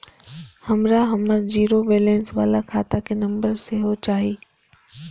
हमरा हमर zero balance बाला खाता के नम्बर सेहो चाही